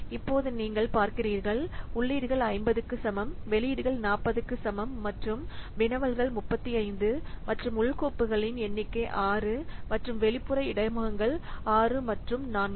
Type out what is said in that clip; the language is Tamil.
இப்போது நீங்கள் பார்க்கிறீர்கள் உள்ளீடுகள் 50 க்கு சமம் வெளியீடுகள் 40 க்கு சமம் மற்றும் வினவல்கள் 35 மற்றும் உள் கோப்புகளின் எண்ணிக்கை 6 மற்றும் 4 வெளிப்புற இடைமுகங்கள் 6 மற்றும் 4